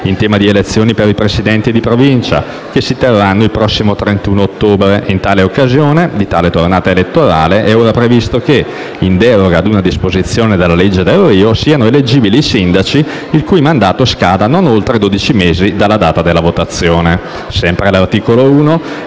in tema di elezioni per i Presidenti di Provincia, che si terranno il prossimo 31 ottobre. In occasione di tale tornata elettorale è ora previsto che, in deroga ad una disposizione della legge Delrio, siano eleggibili i sindaci il cui mandato scada non oltre dodici mesi dalla data della votazione. Sempre all'articolo 1